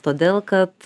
todėl kad